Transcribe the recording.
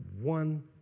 one